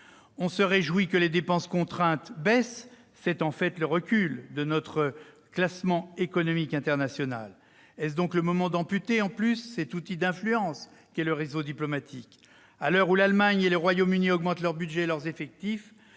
On se réjouit que les dépenses contraintes baissent ? C'est en fait le reflet de notre recul au classement économique international. Est-ce donc le moment d'amputer en plus cet outil d'influence qu'est le réseau diplomatique ?